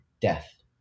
Death